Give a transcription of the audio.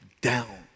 down